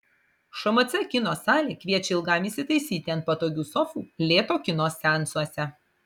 šmc kino salė kviečia ilgam įsitaisyti ant patogių sofų lėto kino seansuose